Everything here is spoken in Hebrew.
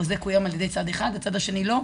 החוזה קוים על-ידי צד אחד והצד השני לא,